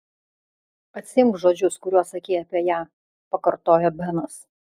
atsiimk žodžius kuriuos sakei apie ją pakartojo benas